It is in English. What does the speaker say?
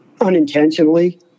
Unintentionally